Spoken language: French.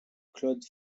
claude